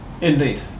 indeed